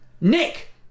Nick